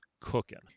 cooking